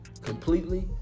completely